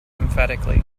emphatically